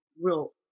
real